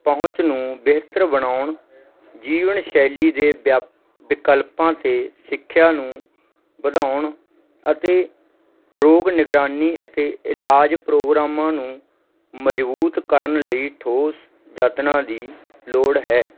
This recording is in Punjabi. ਪਹੁੰਚ ਨੂੰ ਬਿਹਤਰ ਬਣਾਉਣ ਜੀਵਨ ਸ਼ੈਲੀ ਦੇ ਵਿਆ ਵਿਕਲਪਾਂ ਅਤੇ ਸਿੱਖਿਆ ਨੂੰ ਵਧਾਉਣ ਅਤੇ ਰੋਗ ਨਿਗਰਾਨੀ ਅਤੇ ਇਲਾਜ ਪ੍ਰੋਗਰਾਮਾਂ ਨੂੰ ਮਜ਼ਬੂਤ ਕਰਨ ਲਈ ਠੋਸ ਯਤਨਾਂ ਦੀ ਲੋੜ ਹੈ